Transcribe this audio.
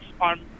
on